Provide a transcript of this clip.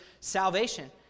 salvation